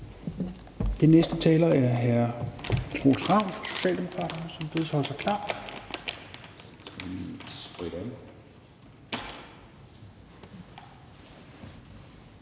Den næste taler er hr. Troels Ravn fra Socialdemokraterne, som bedes holde sig klar.